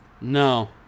No